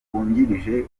wungirije